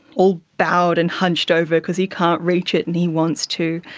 all bowed and hunched over because he can't reach it and he wants to,